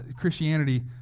Christianity